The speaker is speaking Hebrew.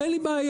אין לי בעיה.